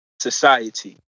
society